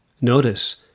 Notice